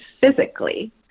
physically